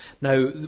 Now